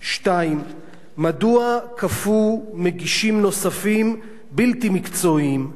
2. מדוע כפו מגישים נוספים בלתי מקצועיים?